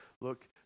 look